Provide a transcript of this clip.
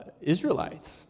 Israelites